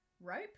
rope